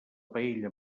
paella